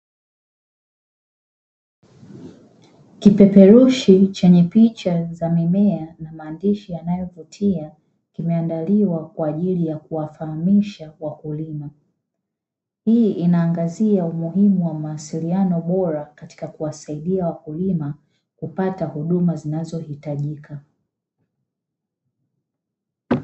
Kipeperushi chenye picha za mimea na maandishi yanayovutia, kimeandaliwa kwaajili ya kuwafahamisha wakulima. Hii inaangazia umuhimu wa mawasiliano bora katika kuwasaidia wakulima kupata huduma zinazohitajika.